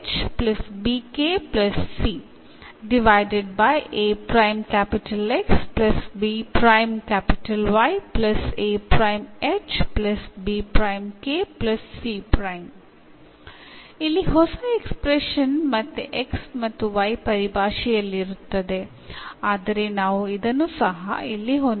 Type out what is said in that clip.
ഇത് സബ്സ്റ്റിറ്റ്യൂട്ട് ചെയ്യുമ്പോൾ എന്ത് സംഭവിക്കും എന്ന് നമുക്ക് നോക്കാം